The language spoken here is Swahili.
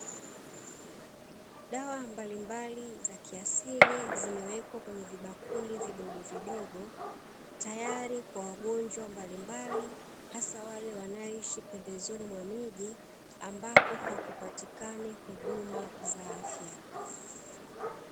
Dawa mbalimbali za kiasili zimewekwa kwenye vibakuli vidogovidogo, tayari kwa wagonjwa mbalimbali, hasa wale wanaoishi pembezoni mwa miji ambako hakupatikani huduma za afya.